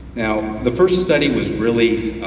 now the first study was really,